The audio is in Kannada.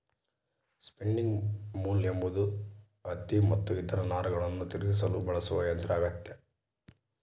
ಸ್ಪಿನ್ನಿಂಗ್ ಮ್ಯೂಲ್ ಎಂಬುದು ಹತ್ತಿ ಮತ್ತು ಇತರ ನಾರುಗಳನ್ನು ತಿರುಗಿಸಲು ಬಳಸುವ ಯಂತ್ರ ಆಗ್ಯದ